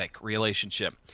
relationship